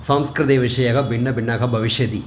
संस्कृतिविषयेव भिन्नभिन्नाः भविष्यन्ति